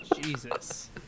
Jesus